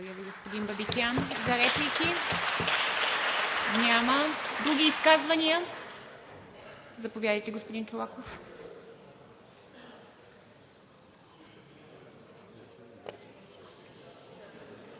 Благодаря Ви, господин Бабикян. Реплики? Няма. Други изказвания? Заповядайте господин Чолаков.